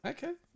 Okay